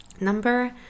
Number